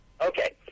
Okay